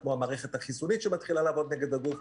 כמו המערכת החיסונית שמתחילה לעבוד נגד הגוף.